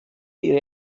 ihre